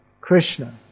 Krishna